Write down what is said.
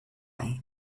and